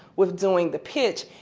was doing the pitch,